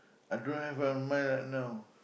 I don't have a mind right now